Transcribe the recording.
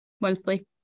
Monthly